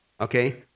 okay